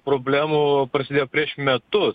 problemų prasidėjo prieš metus